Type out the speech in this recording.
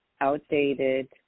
outdated